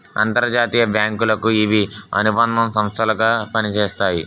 అంతర్జాతీయ బ్యాంకులకు ఇవి అనుబంధ సంస్థలు గా పనిచేస్తాయి